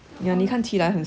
know honestly ah